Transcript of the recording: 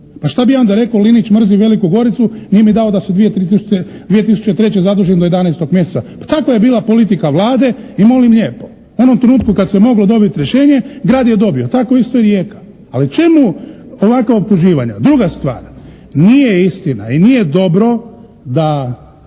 Pa šta bi ja onda rekao Linić mrzi Veliku Goricu, nije mi dao da se 2003. zadužim do 11. mjeseca. Pa takva je bila politika Vlade i molim lijepo. U onom trenutku kada se moglo dobiti rješenje, grad je dobio, tako isto i Rijeka. Ali čemu ovakva optuživanja! Druga stvar, nije istina i nije dobro da